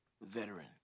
Veteran